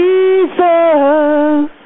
Jesus